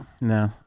no